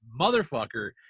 motherfucker